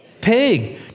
pig